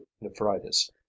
nephritis